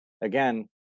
again